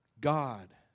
God